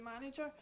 manager